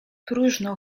próżno